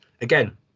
again